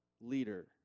leader